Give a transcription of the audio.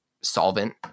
solvent